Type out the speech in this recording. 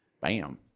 Bam